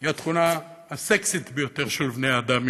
היא התכונה הסקסית ביותר של בני האדם,